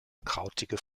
krautige